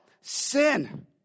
Sin